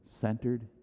centered